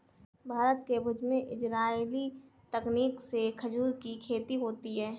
भारत के भुज में इजराइली तकनीक से खजूर की खेती होती है